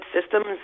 systems